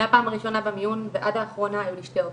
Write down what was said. מהפעם הראשונה במיון ועד האחרונה היו לי שתי אופציות,